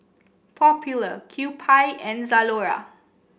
popular Kewpie and Zalora